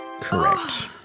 Correct